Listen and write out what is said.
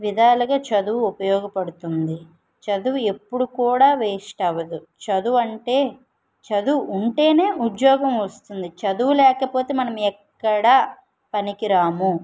విధాలుగా చదువు ఉపయోగపడుతుంది చదువు ఎప్పుడు కూడా వేస్ట్ అవ్వదు చదువు అంటే చదువు ఉంటేనే ఉద్యోగం వస్తుంది చదువు లేకపోతే మనం ఎక్కడా పనికి రాము